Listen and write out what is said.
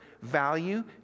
value